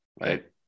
right